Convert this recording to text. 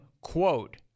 quote